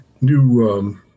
new